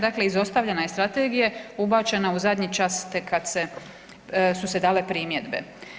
Dakle, izostavljeno je iz strategije, ubačena u zadnji čas tek kad su se dale primjedbe.